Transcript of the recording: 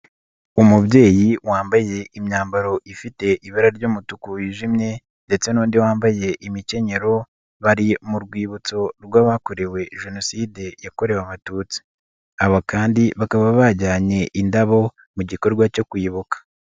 Umubyeyi wambaye imyambaro ifite ibara ry'umutuku wijimye ndetse n'undi wambaye imikenyero, bari mu rwibutso rw'abakorewe Jenoside yakorewe abatutsi, bakaba bajyanye indabo mu gikorwa cyo kwibuka.